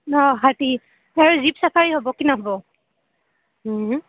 অঁ হাতী sir jeep safari হ'ব কি নহ'ব